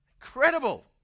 Incredible